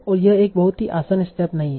और यह एक बहुत ही आसान स्टेप नहीं है